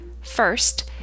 First